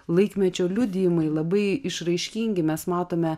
laikmečio liudijimai labai išraiškingi mes matome